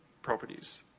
properties.